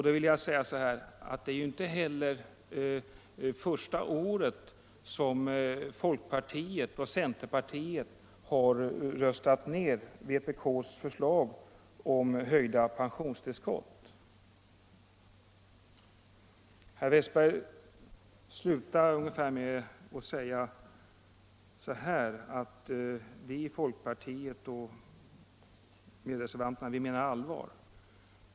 Då vill jag säga att det är inte heller första året folkpartiet och centerpartiet har röstat ned vpk:s förslag om höjda pensionstillskott. Herr Westberg slutar med att säga ungefär så här: Vi i folkpartiet och våra medreservanter menar allvar.